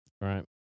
right